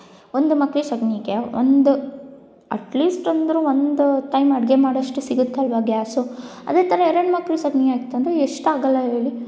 ಒಂದು ಮಂಕರಿ ಸಗಣಿಗೇ ಒಂದು ಅಟ್ಲೀಸ್ಟಂದ್ರು ಒಂದು ಟೈಮ್ ಅಡುಗೆ ಮಾಡೋವಷ್ಟು ಸಿಗುತ್ತಲ್ವ ಗ್ಯಾಸು ಅದೇ ಥರ ಎರಡು ಮಂಕರಿ ಸೆಗಣಿ ಹಾಕ್ತಂದ್ರೆ ಎಷ್ಟಾಗೊಲ್ಲ ಹೇಳಿ